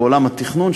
בעולם התכנון,